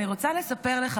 אני רוצה לספר לך,